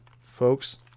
folks